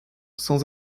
sans